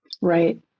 Right